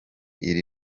iri